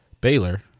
Baylor